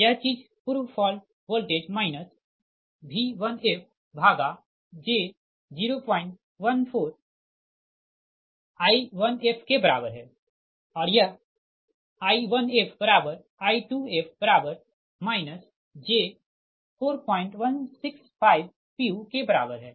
यह चीज़ पूर्व फ़ॉल्ट वोल्टेज माइनस V1f भागा j 014 I1f के बराबर है और यह I1fI2f j4165 pu के बराबर है